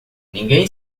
ninguém